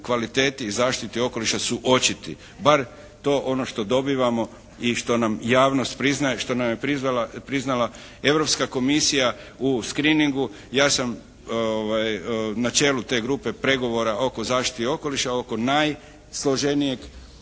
kvaliteti i zaštiti okoliša su očiti, bar to ono što dobivamo i što nam javnost priznaje, što nam je priznala Europska komisija u screeningu. Ja sam na čelu te grupe pregovora oko zaštite okoliša, oko najsloženijeg